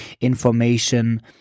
information